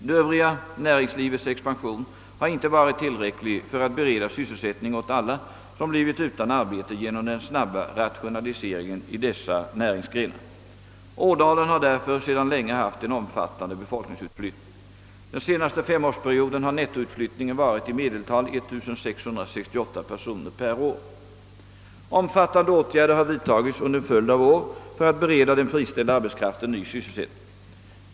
Det övriga näringslivets expansion har inte varit tillräcklig för att bereda sysselsättning åt en aktiv lokaliseringspolitik alla som blivit utan arbete genom den snabba rationaliseringen i dessa näringsgrenar, Ådalen har därför sedan länge haft en omfattande befolkningsutflyttning. Den senaste femårsperioden har nettoutflyttningen varit i medeltal 1668 personer per år. Omfattande åtgärder har vidtagits under en följd av år för att bereda den friställda arbetskraften ny sysselsättning.